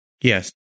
Yes